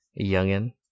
youngin